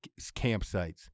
campsites